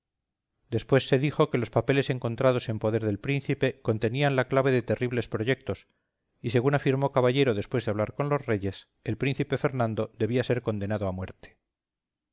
después se dijo que los papeles encontrados en poder del príncipe contenían la clave de terribles proyectos y según afirmó caballero después de hablar con los reyes el príncipe fernando debía ser condenado a muerte